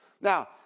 Now